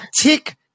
Tick